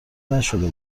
نشده